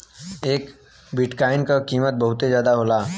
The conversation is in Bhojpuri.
एक बिट्काइन क कीमत बहुते जादा होला